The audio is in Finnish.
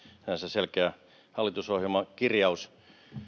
sinänsä selkeä hallitusohjelman kirjaus